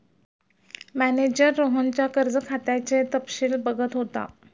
manager रोहनच्या कर्ज खात्याचे तपशील बघत होता